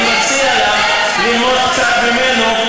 אני מציע לך ללמוד קצת ממנו,